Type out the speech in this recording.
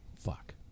fuck